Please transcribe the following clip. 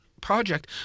project